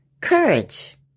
courage